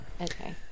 Okay